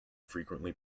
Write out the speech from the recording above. frequently